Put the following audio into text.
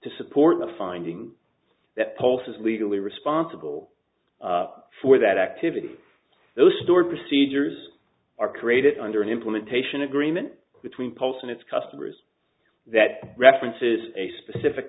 to support the finding that pulse is legally responsible for that activity those stored procedures are created under an implementation agreement between pulse and its customers that references a specific